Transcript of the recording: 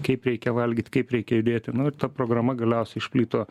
kaip reikia valgyt kaip reikia judėti nu ir ta programa galiausiai išplito